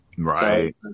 Right